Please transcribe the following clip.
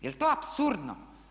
Jel' to apsurdno?